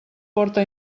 porta